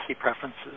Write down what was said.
preferences